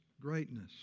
greatness